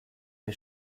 der